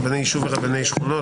רבני יישוב ורבני שכונות),